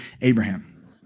Abraham